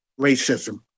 racism